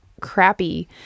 crappy